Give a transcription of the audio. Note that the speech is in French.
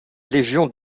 légion